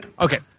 Okay